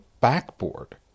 backboard